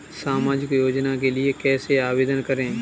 सामाजिक योजना के लिए कैसे आवेदन करें?